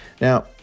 Now